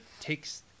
takes